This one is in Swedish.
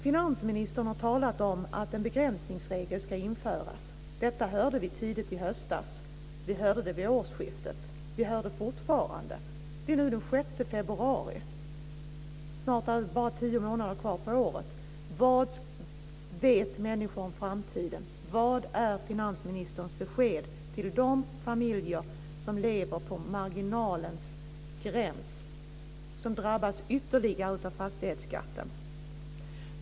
Finansministern har talat om att en begränsningsregel ska införas. Detta hörde vi tidigt i höstas. Vi hörde det vid årsskiftet. Vi hör det fortfarande. Det är nu den 6 februari. Snart är det bara tio månader kvar på året. Vad vet människor om framtiden? Vad är finansministerns besked till de familjer som lever på marginalens gräns och som drabbas ytterligare av fastighetsskatten?